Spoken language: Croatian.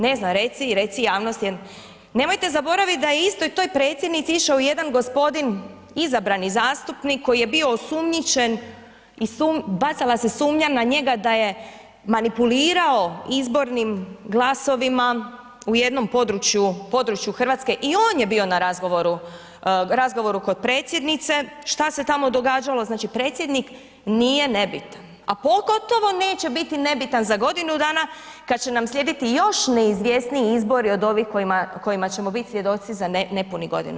Ne znam, reci javnosti jer nemojte zaboraviti da je istoj toj Predsjednici išao jedan gospodin izabrani zastupnik koji je bio osumnjičen i bacala se sumnja na njega da je manipulirao izbornim glasovima u jednom području Hrvatske, i on je bio na razgovoru kod Predsjednice, šta se tamo događalo, znači Predsjednik nije nebitan a pogotovo neće biti nebitan za godinu dana kad će nam slijediti još neizvjesniji izbori od ovih kojima ćemo biti svjedoci za nepunih godina.